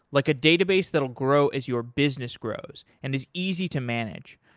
like a database that will grow as your business grows and is easy to manage.